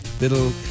little